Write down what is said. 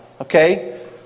Okay